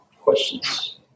Questions